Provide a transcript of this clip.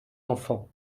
enfants